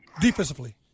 defensively